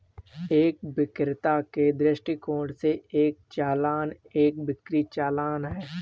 एक विक्रेता के दृष्टिकोण से, एक चालान एक बिक्री चालान है